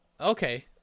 Okay